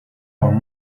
con